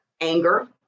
anger